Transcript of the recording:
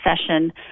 session